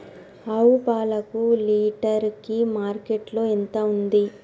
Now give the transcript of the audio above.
ఆవు పాలకు లీటర్ కి మార్కెట్ లో ఎంత ఉంది?